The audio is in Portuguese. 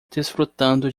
desfrutando